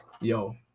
yo